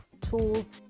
tools